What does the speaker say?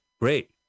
great